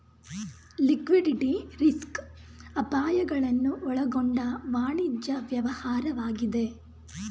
liquidity risk ಅಪಾಯಗಳನ್ನು ಒಳಗೊಂಡ ವಾಣಿಜ್ಯ ವ್ಯವಹಾರವಾಗಿದೆ